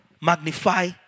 magnify